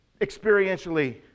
Experientially